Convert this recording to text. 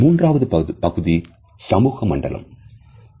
மூன்றாவது பகுதி சமூக மண்டலம் ஆகும்